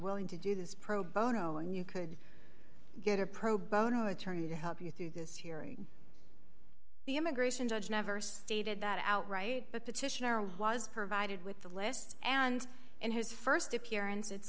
willing to do this pro bono and you could get a pro bono attorney to help you through this hearing the immigration judge never stated that outright but petitioner was provided with the list and in his st appearance it's